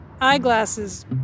eyeglasses